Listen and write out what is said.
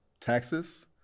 taxes